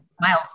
Miles